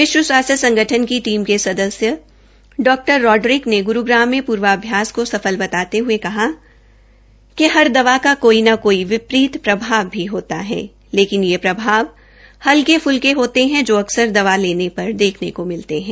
विश्व स्वास्थ्रू संगठन की टीम के सदस्य डॉ रॉड्रिक ने ग्रूग्राम मे पूर्वाभ्यास को सफल बनाते हये कहा कि हर दवा का कोई न कोई विपरीत प्रभाव भी होता है लेकिन यह प्रभाव हल्के फ्लके होते है जो अकसर दवा लेने पर देखने को मिलते है